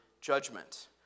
judgment